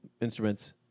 instruments